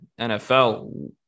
NFL